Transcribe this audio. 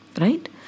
Right